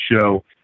show